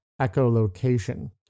echolocation